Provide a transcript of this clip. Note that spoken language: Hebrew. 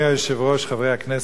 אדוני היושב-ראש, חברי הכנסת,